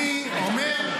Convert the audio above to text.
אני אומר,